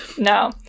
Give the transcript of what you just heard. No